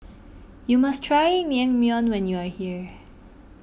you must try Naengmyeon when you are here